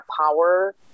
power